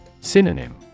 Synonym